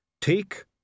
Take